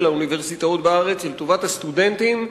האוניברסיטאות בארץ ולטובת הסטודנטים,